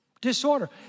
disorder